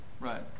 Right